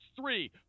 three